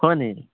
হয় নেকি